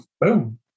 boom